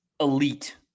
elite